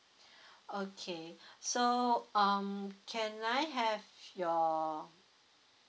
okay so um can I have your